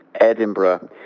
Edinburgh